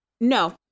No